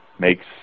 makes